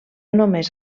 només